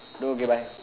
no okay bye